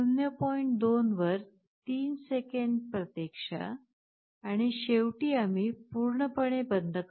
2 वर 3 सेकंदची प्रतीक्षा आणि शेवटी आम्ही पूर्णपणे बंद करतो